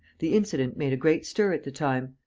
the incident made a great stir at the time.